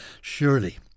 Surely